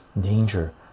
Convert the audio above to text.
Danger